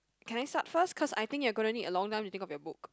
can I start first cause I think you gonna need a long time to think of your book